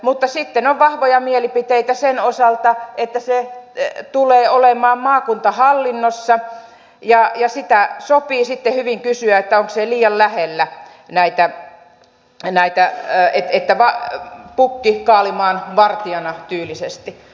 mutta sitten on vahvoja mielipiteitä sen osalta että se tulee olemaan maakuntahallinnossa ja sitä sopii sitten hyvin kysyä onko se liian lähellä näitä pukki kaalimaan vartijana tyylisesti